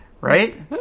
right